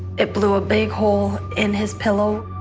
it blew a big hole in his pillow.